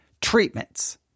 treatments